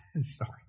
Sorry